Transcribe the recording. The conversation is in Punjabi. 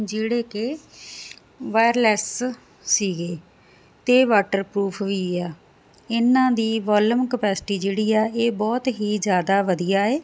ਜਿਹੜੇ ਕਿ ਵਾਇਰਲੈਸ ਸੀਗੇ ਤੇ ਵਾਟਰਪ੍ਰੂਫ ਵੀ ਆ ਇਹਨਾਂ ਦੀ ਵੋਲਮ ਕਪੈਸਿਟੀ ਜਿਹੜੀ ਆ ਇਹ ਬਹੁਤ ਹੀ ਜਿਆਦਾ ਵਧੀਆ